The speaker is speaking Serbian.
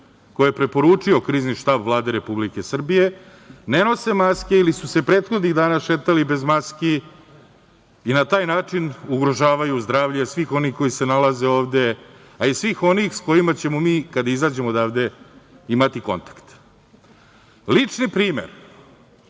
koje je preporučio Krizni štab Vlade Republike Srbije, ne nose maske ili su se prethodnih dana šetali bez maski i na taj način ugrožavaju zdravlje svih onih koji se nalaze ovde, a i svih onih sa kojima ćemo mi kada izađemo odavde imati kontakt. Lični primer